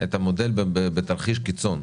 את המודל בתרחיש קיצון.